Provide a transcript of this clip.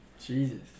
Jesus